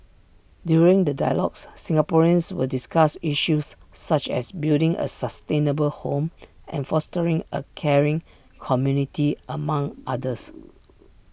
during the dialogues Singaporeans will discuss issues such as building A sustainable home and fostering A caring community among others